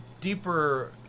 deeper